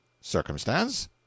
Circumstance